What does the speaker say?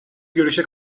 görüşe